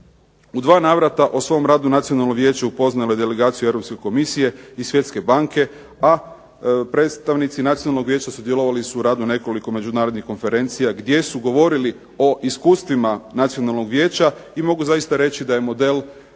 U 2 navrata o svom radu Nacionalno vijeće upoznalo je delegaciju Europske komisije i Svjetske banke, a predstavnici Nacionalnog vijeća sudjelovali su u radu nekoliko međunarodnih konferencija gdje su govorili o iskustvima Nacionalnog vijeća i mogu zaista reći da je model